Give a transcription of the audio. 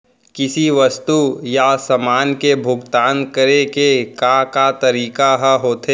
किसी वस्तु या समान के भुगतान करे के का का तरीका ह होथे?